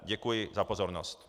Děkuji za pozornost.